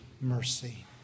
mercy